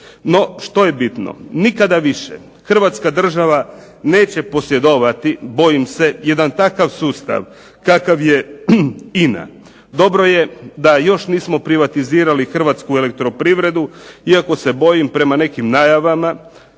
No što je bitno, nikada više Hrvatska država neće posjedovati bojim se jedan takav sustav kakav je INA. Dobro je da još nismo privatizirali Hrvatsku elektroprivredu iako se bojim prema nekim najavama